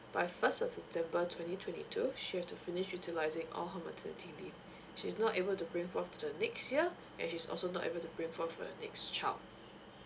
by first of december twenty twenty two she has to finish utilising all her maternity leave she's not able to bring forth to the next year and she's also not able to bring forth for her next child